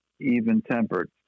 even-tempered